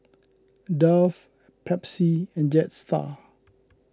Dove Pepsi and Jetstar